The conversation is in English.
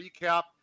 recap